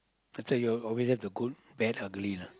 that's why you always have the good bad ugly lah